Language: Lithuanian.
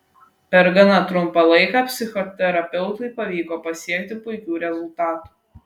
per gana trumpą laiką psichoterapeutui pavyko pasiekti puikių rezultatų